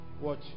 Watch